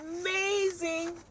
amazing